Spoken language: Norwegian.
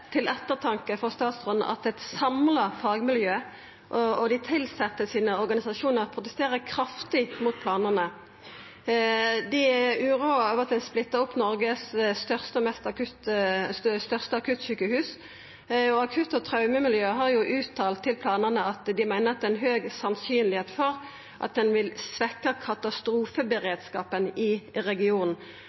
samla fagmiljø og dei tilsette sine organisasjonar protesterer kraftig mot planane. Dei er uroa av at ein splittar opp Noregs største akuttsjukehus. Akutt- og traumemiljøet har jo uttalt om planane at dei meiner at dette høgst sannsynleg vil svekkja katastrofeberedskapen i regionen. Og det er ikkje berre traumemiljøet som protesterer – ein vil få ei fødeavdeling på Aker med 10 000 fødslar i